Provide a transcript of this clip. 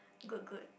good good